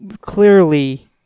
clearly